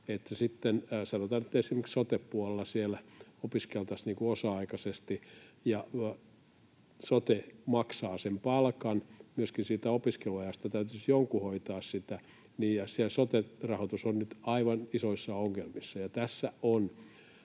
sitten, sanotaan nyt, esimerkiksi sote-puolella opiskeltaisiin osa-aikaisesti ja sote maksaisi sen palkan, myöskin siitä opiskeluajasta täytyisi jonkun hoitaa sitä, ja siellä sote-rahoitus on nyt aivan isoissa ongelmissa.